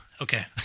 Okay